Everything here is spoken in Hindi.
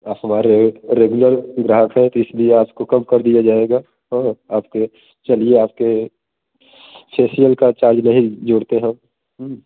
आप हमारे रेगुलर ग्राहक है तो इसलिए आपको कम कर दिया जाएगा हाँ आपके चलिए आपके फेसियल का चार्ज नहीं जोड़ते हम हूँ